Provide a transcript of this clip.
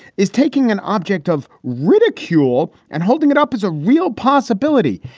is taking an object of ridicule and holding it up as a real possibility.